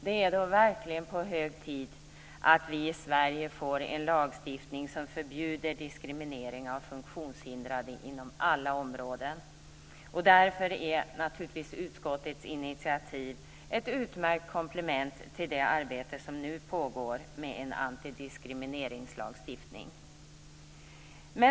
Det är verkligen hög tid att vi i Sverige får en lagstiftning som förbjuder diskriminering av funktionshindrade inom alla områden. Därför är naturligtvis utskottets initiativ ett utmärkt komplement till det arbete som nu pågår med en antidiskrimineringslagstiftning.